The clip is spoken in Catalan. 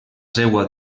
seua